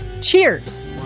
Cheers